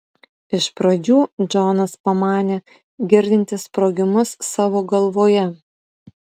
iš pradžių džonas pamanė girdintis sprogimus savo galvoje